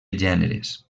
gèneres